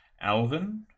alvin